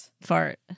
fart